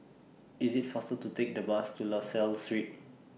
IT IS faster to Take The Bus to La Salle Street